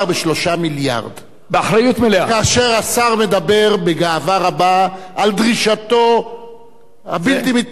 כאשר השר מדבר בגאווה רבה על דרישתו הבלתי מתפשרת מהאוצר ל-100 מיליון,